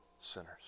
sinners